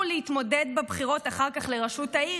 להתמודד בבחירות אחר כך לראשות העיר.